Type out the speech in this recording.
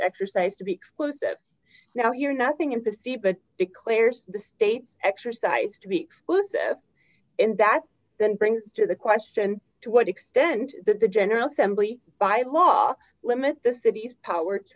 exercise to be exclusive now here nothing in the sea but declares the state exercised to be exclusive in that then brings to the question to what extent the general assembly by law limit the city's power to